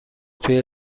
توی